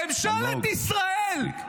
ממשלת ישראל,